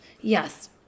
yes